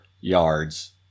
yards